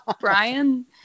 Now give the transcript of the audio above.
Brian